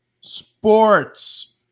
Sports